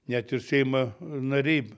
net ir seimo nariai